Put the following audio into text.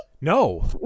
No